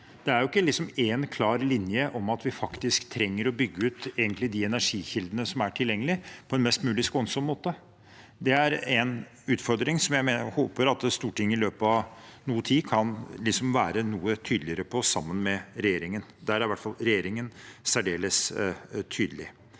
Det er ikke én, klar linje på at vi faktisk trenger å bygge ut de energikildene som er tilgjengelig, på en mest mulig skånsom måte. Det er en utfordring som jeg håper Stortinget i løpet av noe tid kan være noe tydeligere på, sammen med regjeringen. Der er i hvert fall regjeringen særdeles tydelig.